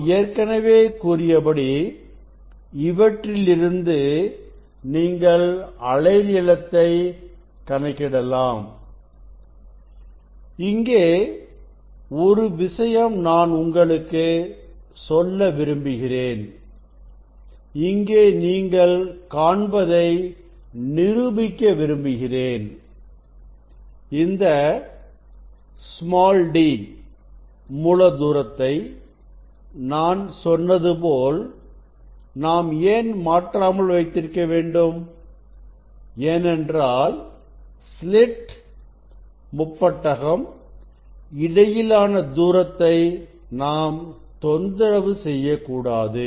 நாம் ஏற்கனவே கூறியபடி இவற்றிலிருந்து நீங்கள் அலை நீளத்தை கணக்கிடலாம் இங்கே ஒரு விஷயம் நான் உங்களுக்கு சொல்ல விரும்புகிறேன் இங்கே நீங்கள் காண்பதை நிரூபிக்க விரும்புகிறேன் இந்த d மூல தூரத்தை நான் சொன்னது போல நாம் ஏன் மாற்றாமல்வைத்திருக்க வேண்டும் ஏன்என்றால் ஸ்லிட் முப்பட்டகம் இடையிலான தூரத்தை நாம் தொந்தரவு செய்யக்கூடாது